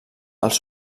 els